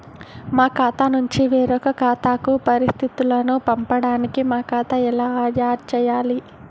మా ఖాతా నుంచి వేరొక ఖాతాకు పరిస్థితులను పంపడానికి మా ఖాతా ఎలా ఆడ్ చేయాలి?